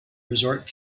resort